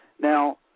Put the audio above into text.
Now